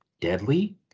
deadly